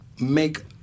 make